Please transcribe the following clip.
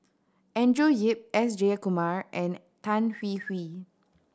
Andrew Yip S Jayakumar and Tan Hwee Hwee